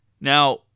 Now